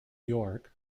york